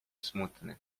smutny